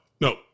no